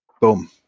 Boom